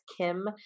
Kim